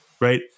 Right